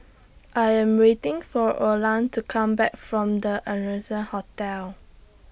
I Am waiting For Orland to Come Back from The Ardennes Hotel